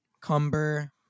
Cumber